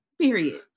period